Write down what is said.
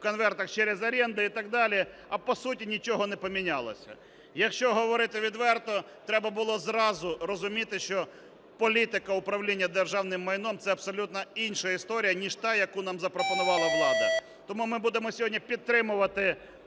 конвертах через оренди і так далі, а по суті нічого не помінялося. Якщо говорити відверто, треба було одразу розуміти, що політика управління державним майном – це абсолютно інша історія ніж та, яку нам запропонувала влада. Тому ми будемо сьогодні підтримувати